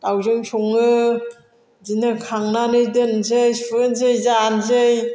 दाउजों सङो बिदिनो खांनानै दोनसै सुहोसै जानोसै